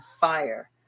fire